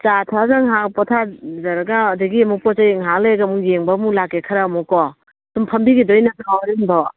ꯆꯥ ꯊꯛꯑꯒ ꯉꯥꯏꯍꯥꯛ ꯄꯣꯊꯥꯖꯔꯒ ꯑꯗꯒꯤ ꯑꯃꯨꯛ ꯄꯣꯠ ꯆꯩ ꯉꯥꯏꯍꯥꯛ ꯂꯩꯔꯒ ꯑꯃꯨꯛ ꯌꯦꯡꯕ ꯑꯃꯨꯛ ꯂꯥꯛꯀꯦ ꯈꯔ ꯑꯃꯀꯣ ꯁꯨꯝ ꯐꯝꯕꯤꯈꯤꯗꯣꯏ ꯅꯠꯇ꯭ꯔꯣ ꯍꯣꯔꯦꯟꯐꯥꯎꯕ